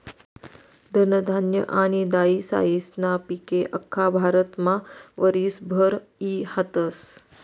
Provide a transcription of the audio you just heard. धनधान्य आनी दायीसायीस्ना पिके आख्खा भारतमा वरीसभर ई हातस